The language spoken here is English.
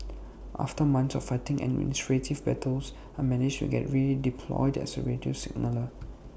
after months of fighting administrative battles I managed to get redeployed as A radio signaller